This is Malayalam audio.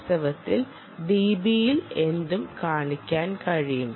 വാസ്തവത്തിൽ dB യിൽ എന്തും കാണിക്കാൻ കഴിയും